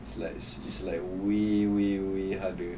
it's like it's like way way way harder